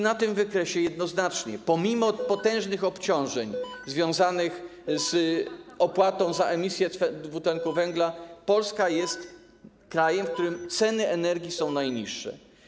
Na tym wykresie jednoznacznie, pomimo potężnych obciążeń związanych z opłatą za emisję dwutlenku węgla, Polska jest krajem, w którym ceny energii są najniższe.